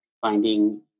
finding